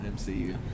MCU